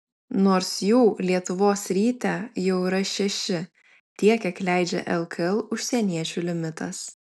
nors jų lietuvos ryte jau yra šeši tiek kiek leidžia lkl užsieniečių limitas